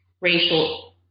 racial